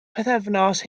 pythefnos